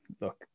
Look